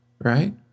right